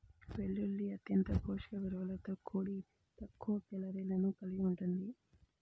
వెల్లుల్లి అత్యంత పోషక విలువలతో కూడి తక్కువ కేలరీలను కలిగి ఉంటుంది